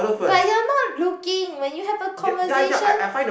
but you're not looking when you have a conversation